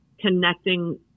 connecting